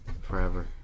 Forever